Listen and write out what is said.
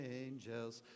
angels